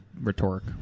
rhetoric